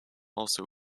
also